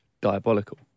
diabolical